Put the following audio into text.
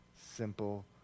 simple